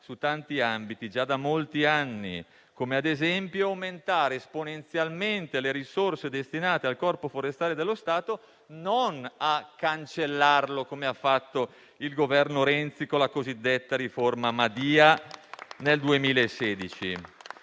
su tanti ambiti già da molti anni, ad esempio aumentando esponenzialmente le risorse destinate al Corpo forestale dello Stato e non cancellandolo, come ha fatto il Governo Renzi, con la cosiddetta riforma Madia, nel 2016.